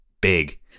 big